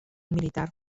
militar